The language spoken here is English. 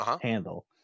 handle